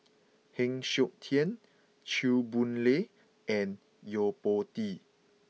Heng Siok Tian Chew Boon Lay and Yo Po Tee